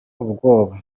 ubwoba